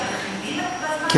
הבריאות בדק שמכינים, בזמן הזה, ?